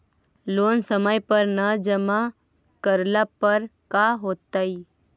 Loan समय पर न जमा करला पर का होतइ?